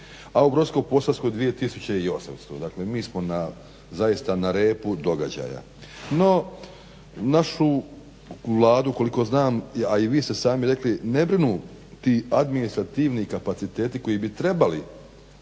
a u Brodsko-posavskoj 2800. Dakle, mi smo zaista na repu događaja. No, našu Vladu koliko znam, a i vi ste sami rekli, ne brinu ti administrativni kapaciteti koji bi trebali